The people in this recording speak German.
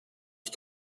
ich